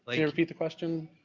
i mean repeat the question?